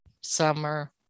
summer